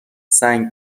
سنگ